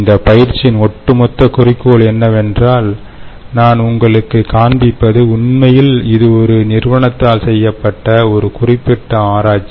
இந்த பயிற்சியின் ஒட்டுமொத்த குறிக்கோள் என்னவென்றால் நான் உங்களுக்குக் காண்பிப்பது உண்மையில் இது ஒரு நிறுவனத்தால் செய்யப்பட்ட ஒரு குறிப்பிட்ட ஆராய்ச்சி